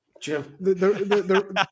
Jim